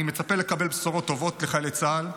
אני מצפה לקבל בשורות טובות לחיילי צה"ל,